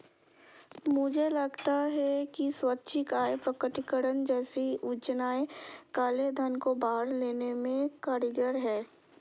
मुझे लगता है कि स्वैच्छिक आय प्रकटीकरण जैसी योजनाएं काले धन को बाहर लाने में कारगर हैं